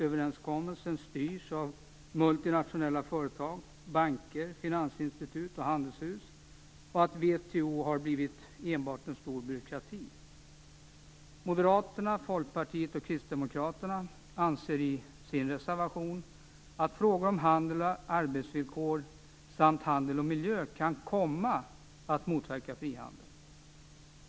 överenskommelsen styrs av multinationella företag, banker, finansinstitut och handelshus, och att WTO enbart har blivit en stor byråkrati. Moderaterna, Folkpartiet och Kristdemokraterna anser i sin reservation att frågor om handel och arbetsvillkor samt handel och miljö kan komma att motverka frihandel.